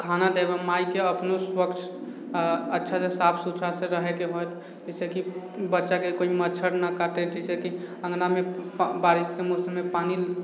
खाना देब मायके अपनो स्वच्छ अच्छासँ साफ सुथरासँ रहैके होयत जाहिसँ कि बच्चाके कोइ मच्छर नहि काटै जैसे कि अङ्गनामे बारिशके मौसममे पानि